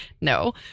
No